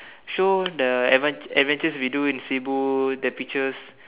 show the adven~ adventures video in Cebu the pictures